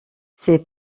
ses